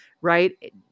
right